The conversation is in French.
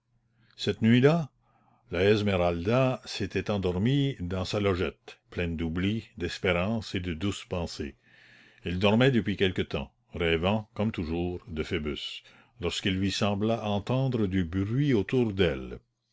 cette nuit-là la esmeralda s'était endormie dans sa logette pleine d'oubli d'espérance et de douces pensées elle dormait depuis quelque temps rêvant comme toujours de phoebus lorsqu'il lui sembla entendre du bruit autour d'elle